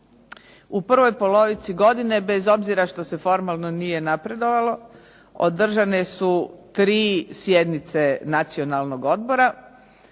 U prvoj polovici godine bez obzira što se formalno nije napredovalo održane su tri sjednice Nacionalnog odbora.